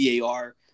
VAR